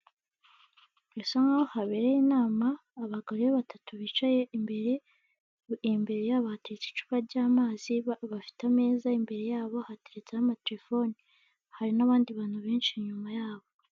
Birasa nkaho habereye inama abagore batatu bicaye imbere, imbere yaba hateretse icupa ry'amazi bafite ameza imbere yabo hateretseho amatelefoni hari n'abandi bantu benshi inyuma yabo.